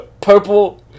Purple